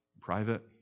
private